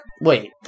Wait